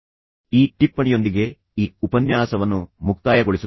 ಆದ್ದರಿಂದ ಈ ಟಿಪ್ಪಣಿಯೊಂದಿಗೆ ನಾನು ಈ ಉಪನ್ಯಾಸವನ್ನು ಮುಕ್ತಾಯಗೊಳಿಸುತ್ತೇನೆ